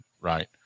right